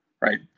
right